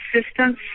assistance